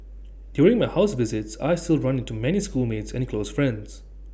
during my house visits I still run into many schoolmates and the close friends